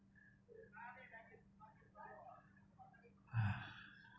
ah